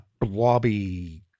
blobby